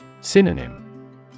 Synonym